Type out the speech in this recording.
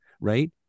right